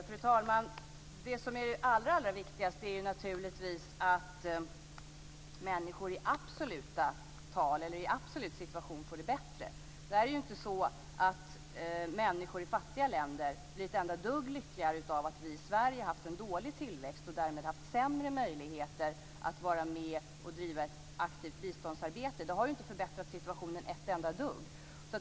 Fru talman! Det som är allra viktigast är naturligtvis att människor i absoluta tal får det bättre, att deras situation blir bättre. Människor i fattiga länder blir ju inte ett enda dugg lyckligare av att vi i Sverige har haft en dålig tillväxt och därmed har haft sämre möjligheter att vara med och driva ett aktivt biståndsarbete. Det har inte förbättrat situationen ett enda dugg.